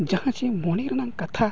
ᱡᱟᱦᱟᱸ ᱪᱮ ᱢᱚᱱᱮ ᱨᱮᱱᱟᱝ ᱠᱟᱛᱷᱟ